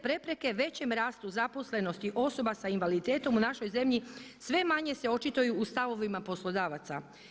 Prepreke većem rastu zaposlenosti osoba s invaliditetom u našoj zemlji sve manje se očituju u stavovima poslodavaca.